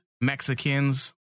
Mexicans